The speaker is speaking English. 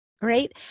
Right